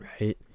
right